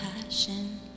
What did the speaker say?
passion